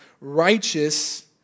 righteous